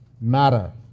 matter